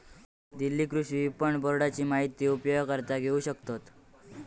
दिल्ली कृषि विपणन बोर्डाची माहिती उपयोगकर्ता घेऊ शकतत